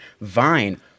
Vine